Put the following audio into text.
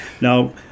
Now